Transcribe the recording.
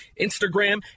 Instagram